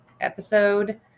episode